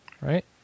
Right